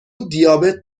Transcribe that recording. دیابت